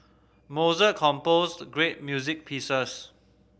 Mozart composed great music pieces